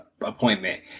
appointment